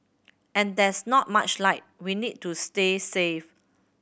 and there's not much light we need to stay safe